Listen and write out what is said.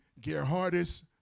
Gerhardus